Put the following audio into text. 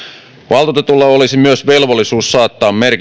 valtuutetulla olisi myös velvollisuus saattaa merkittävät